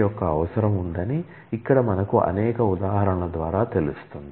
యొక్క అవసరం ఉందని ఇక్కడ మనకు అనేక ఉదాహరణలు ద్వారా తెలుస్తుంది